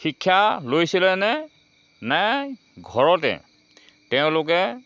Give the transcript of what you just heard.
শিক্ষা লৈছিলেনে নে ঘৰতে তেওঁলোকে